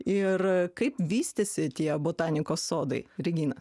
ir kaip vystėsi tie botanikos sodai regina